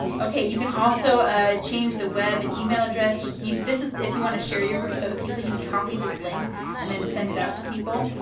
okay, you can also ah change the web and email address. this is if you want to share your group with other people. you'd copy this link and then send it out to people.